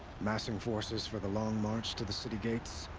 massing forces for the long march to the city gates?